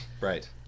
Right